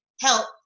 help